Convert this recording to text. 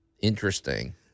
Interesting